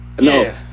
No